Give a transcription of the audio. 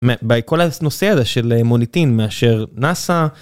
כל הנושא הזה של המוניטין מאשר נאסא.